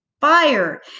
fire